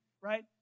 right